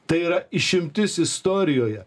tai yra išimtis istorijoje